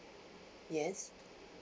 yes